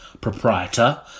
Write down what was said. Proprietor